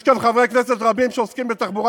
יש כאן חברי כנסת רבים שעוסקים בתחבורה